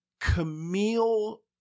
camille